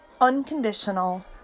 unconditional